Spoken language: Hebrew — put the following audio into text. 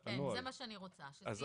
כן, זה מה שאני רוצה, שזה יהיה מעוגן.